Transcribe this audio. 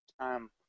time